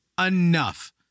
Enough